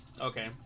Okay